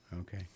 Okay